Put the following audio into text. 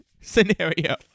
scenario